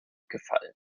gefallen